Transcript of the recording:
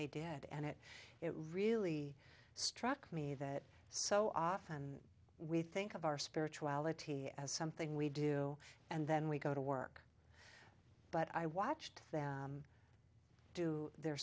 they did and it it really struck me that so often we think of our spirituality as something we do and then we go to work but i watched them i do their